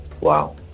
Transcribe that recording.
Wow